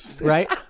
Right